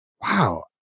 wow